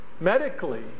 Medically